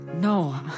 No